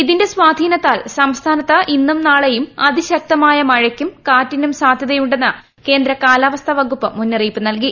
ഇതിന്റെ സ്വാധീനത്താൽ സംസ്ഥാനത്ത് ഇന്നും ന്ട്ളെടും അതിശക്തമായ മഴയ്ക്കും കാറ്റിനും സാധ്യതയൂട്ടെണ്ട്ന് കേന്ദ്ര കാലാവസ്ഥ വകുപ്പ് മുന്നറിയിപ്പ് നൽകി